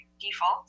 default